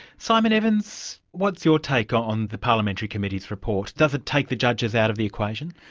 simon evans, what's your take on the parliamentary committee's report? does it take the judges out of the equation?